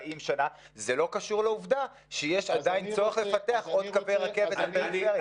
שנים וזה לא קשור לעובדה שיש עדיין צורך לפתח עוד קווי רכבת לפריפריה.